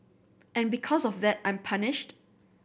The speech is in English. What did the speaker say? and because of that I'm punished